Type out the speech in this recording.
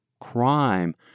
crime